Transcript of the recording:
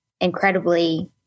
incredibly